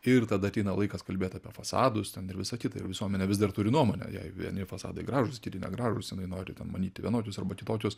ir tada ateina laikas kalbėt apie fasadus ten ir visa kita ir visuomenė vis dar turi nuomonę jai vieni fasadai gražūs kiti negražūs jinai nori ten manyti vienokius arba kitokius